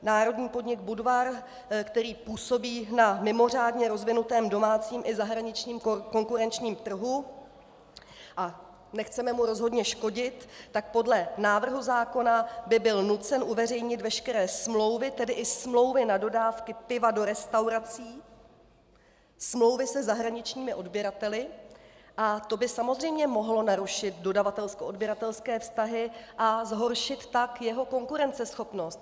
Národní podnik Budvar působí na mimořádně rozvinutém domácím i zahraničním konkurenčním trhu nechceme mu rozhodně škodit a podle návrhu zákona by byl nucen uveřejnit veškeré smlouvy, tedy i smlouvy na dodávky piva do restaurací, smlouvy se zahraničními odběrateli, a to by samozřejmě mohlo narušit dodavatelskoodběratelské vztahy a zhoršit tak jeho konkurenceschopnost.